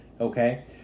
Okay